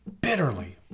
bitterly